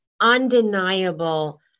undeniable